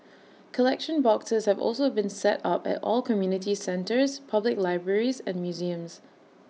collection boxes have also been set up at all community centres public libraries and museums